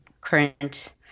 current